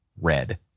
red